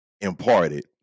imparted